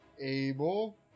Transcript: Abel